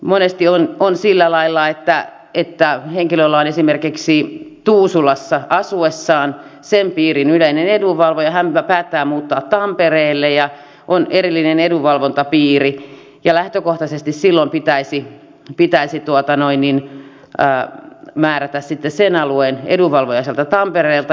monesti on sillä lailla että henkilöllä on esimerkiksi tuusulassa asuessaan sen piirin yleinen edunvalvoja hän päättää muuttaa tampereelle ja on erillinen edunvalvontapiiri ja lähtökohtaisesti silloin pitäisi määrätä sitten sen alueen edunvalvoja sieltä tampereelta